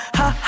ha